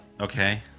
Okay